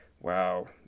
Wow